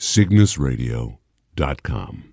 CygnusRadio.com